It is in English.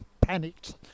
panicked